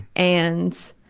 and